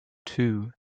two